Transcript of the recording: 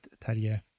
Terje